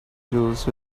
juice